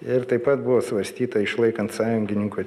ir taip pat buvo svarstyta išlaikant sąjungininkų